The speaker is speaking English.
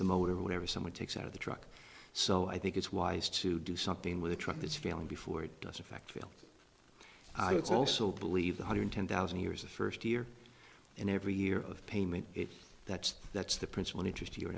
the motor whenever someone takes out of the truck so i think it's wise to do something with a truck that's failing before it does affect feel it's also believe one hundred ten thousand years of first year in every year of payment if that's that's the principal interest you